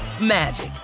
magic